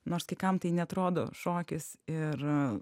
nors kai kam tai neatrodo šokis ir